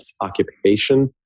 occupation